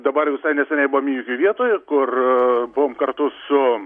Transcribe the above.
dabar visai neseniai buvom įvytoje vietoj kur buvom kartu su